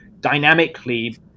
dynamically